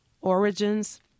Origins